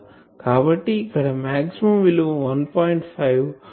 కాబట్టి ఇక్కడ మాక్సిమం విలువ 1